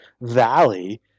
valley